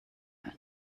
that